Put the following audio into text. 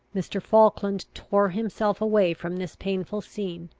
mr. falkland tore himself away from this painful scene,